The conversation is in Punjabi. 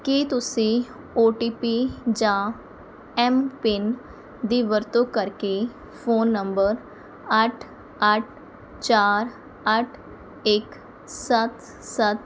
ਕੀ ਤੁਸੀਂ ਓ ਟੀ ਪੀ ਜਾਂ ਐੱਮ ਪਿੰਨ ਦੀ ਵਰਤੋਂ ਕਰਕੇ ਫੋਨ ਨੰਬਰ ਅੱਠ ਅੱਠ ਚਾਰ ਅੱਠ ਇੱਕ ਸੱਤ ਸੱਤ